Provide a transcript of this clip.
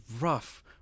rough